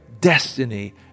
destiny